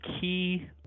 key